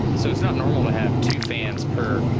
so it's not normal to have two fans per.